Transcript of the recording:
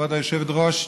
כבוד היושבת-ראש,